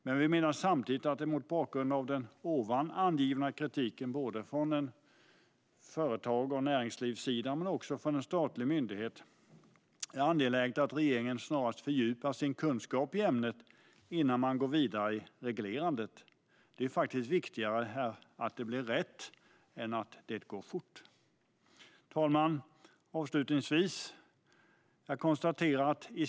Men vi menar samtidigt att det mot bakgrund av den kritik som framförts från såväl företag och näringsliv som en statlig myndighet är angeläget att regeringen snarast fördjupar sin kunskap i ämnet innan den går vidare i reglerandet. Det är viktigare att det blir rätt än att det går fort. Herr talman!